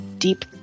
deep